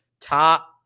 top